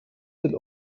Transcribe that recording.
sind